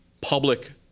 public